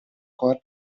corda